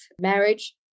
marriage